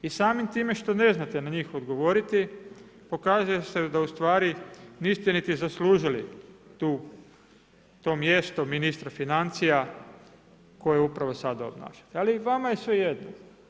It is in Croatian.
I samim time što ne znate na njih odgovoriti, pokazuje se da ustvari niste ni zaslužili to mjesto ministra financija koju upravo sada obnašate ali vama je svejedno.